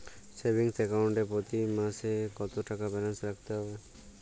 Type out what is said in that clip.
Savings account এ প্রতি মাসে কতো টাকা ব্যালান্স রাখতে হবে?